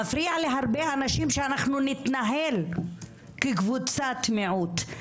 מפריע להרבה אנשים שאנחנו נתנהל כקבוצת מיעוט,